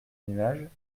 nuages